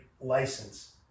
license